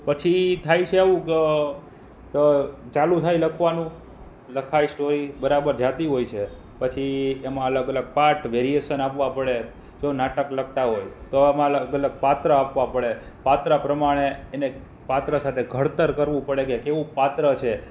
પછી થાય છે એવું કે ચાલુ થાય લખવાનું લખાય સ્ટોરી બરાબર જતી હોય છે પછી એમાં અલગ અલગ પાર્ટસ વેરીએશન આપવાં પડે જો નાટક લખતાં હોય તો આમાં અલગ અલગ પાત્ર આપવાં પડે પાત્ર પ્રમાણે એને પાત્ર સાથે ઘડતર કરવું પડે કે કેવું પાત્ર છે